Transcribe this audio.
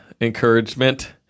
encouragement